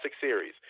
series